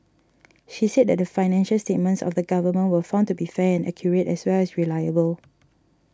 she said that the financial statements of the Government were found to be fair and accurate as well as reliable